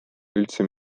üldse